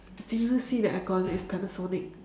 did you even see the aircon it's panasonic